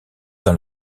dans